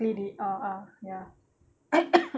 keledek ah ah ya